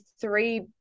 three